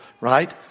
right